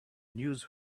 news